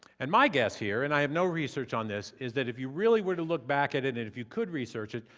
and my guess here and i have no research on this is that if you really were to look back at and it and if you could research it,